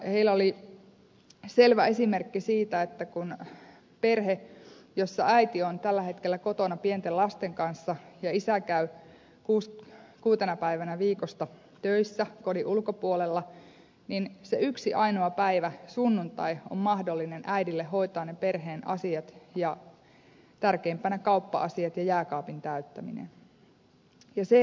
heillä oli selvä esimerkki siitä että kun on perhe jossa äiti on tällä hetkellä kotona pienten lasten kanssa ja isä käy kuutena päivänä viikossa töissä kodin ulkopuolella niin se yksi ainoa päivä sunnuntai on mahdollinen äidille hoitaa ne perheen asiat ja tärkeimpänä kauppa asiat ja jääkaapin täyttäminen